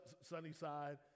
sunnyside